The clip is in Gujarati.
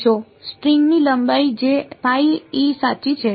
સ્ટ્રિંગની લંબાઈ જે સાચી છે